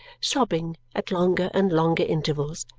sobbing at longer and longer intervals,